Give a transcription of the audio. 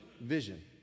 vision